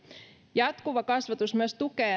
jatkuva kasvatus myös tukee